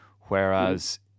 Whereas